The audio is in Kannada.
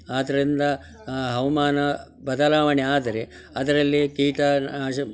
ಆದ್ದರಿಂದ ಹವಾಮಾನ ಬದಲಾವಣೆ ಆದರೆ ಅದರಲ್ಲಿ ಕೀಟ ನಾಶ